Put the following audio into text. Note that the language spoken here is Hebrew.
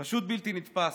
פשוט בלתי נתפס,